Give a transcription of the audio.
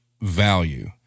value